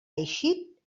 eixit